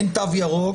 אין תו ירוק.